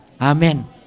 Amen